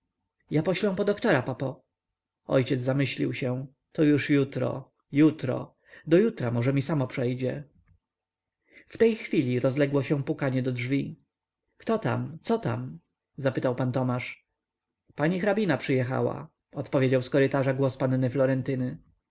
ja poślę po doktora papo ojciec zamyślił się to już jutro jutro do jutra może mi samo przejdzie w tej chwili rozległo się pukanie do drzwi kto tam co tam zapytał pan tomasz pani hrabina przyjechała odpowiedział z korytarza głos panny